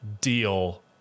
deal